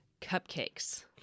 Cupcakes